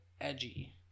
edgy